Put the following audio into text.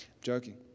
Joking